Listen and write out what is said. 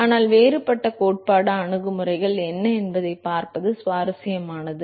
ஆனால் வேறுபட்ட கோட்பாட்டு அணுகுமுறைகள் என்ன என்பதைப் பார்ப்பது மிகவும் சுவாரஸ்யமானது